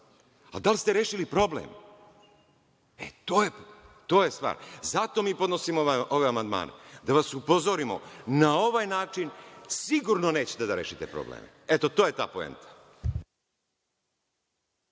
da li ste rešili problem? E, to je stvar. Zato mi podnosimo ove amandmane, da vas upozorimo. Na ovaj način sigurno nećete da rešite problem. Eto, to je ta poenta.